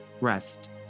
rest